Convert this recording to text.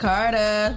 Carter